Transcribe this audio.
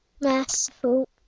merciful